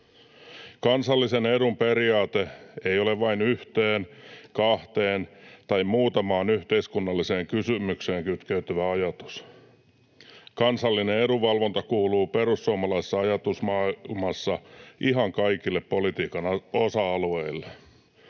Kansallisen edun periaate ei ole vain yhteen, kahteen tai muutamaan yhteiskunnalliseen kysymykseen kytkeytyvä ajatus. Kansallinen edunvalvonta kuuluu perussuomalaisessa ajatusmaailmassa ihan kaikille politiikan osa-alueille.